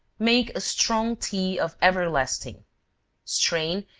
make a strong tea of everlasting strain,